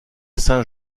saint